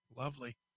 Lovely